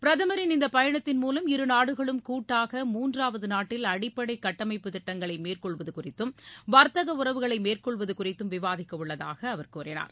பிரதமரின் இந்த பயணத்தின் மூலம் இரு நாடுகளும் கூட்டாக மூன்றாவது நாட்டில் அடிப்படை கட்டமைப்பு திட்டங்களை மேற்கொள்வது குறித்தும் வர்த்தக உறவுகளை மேற்கொள்வது குறித்தும் விவாதிக்க உள்ளதாக அவர் கூறினார்